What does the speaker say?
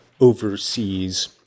overseas